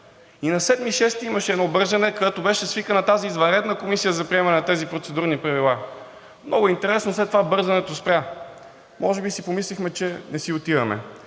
И на 7 юни имаше едно бързане, когато беше свикана тази извънредна комисия за приемане на тези процедурни правила. Много интересно, след това бързането спря. Може би си помислихме, че не си отиваме.